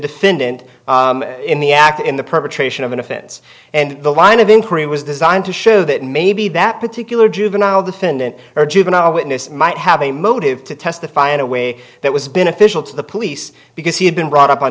defendant in the act in the perpetration of an offense and the line of inquiry was designed to show that maybe that particular juvenile defendant or juvenile witness might have a motive to testify in a way that was beneficial to the police because he had been brought up on